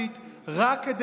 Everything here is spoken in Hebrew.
שלא,